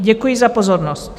Děkuji za pozornost.